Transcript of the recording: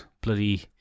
Bloody